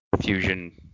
fusion